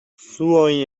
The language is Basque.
zuoi